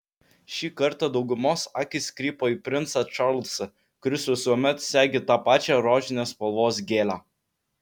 šį kartą daugumos akys krypo į princą čarlzą kuris visuomet segi tą pačią rožinės spalvos gėlę